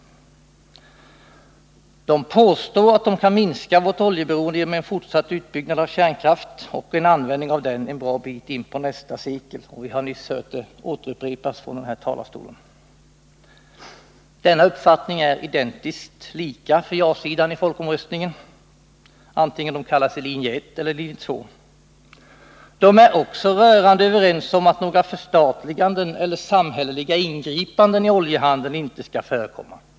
De påstår att de kan minska vårt oljeberoende genom en fortsatt utbyggnad av kärnkraft och en användning av denna en bra bit in på nästa sekel. Vi har nyss hört detta påstående upprepas från denna talarstol. De båda linjerna på ja-sidan i folkomröstningen har i detta avseende identiskt lika uppfattning. oberoende av om de kallas linje 1 eller 2. De båda linjerna på ja-sidan är också rörande överens om att några förstatliganden inom eller samhälleliga ingripanden i oljehandeln inte skall förekomma.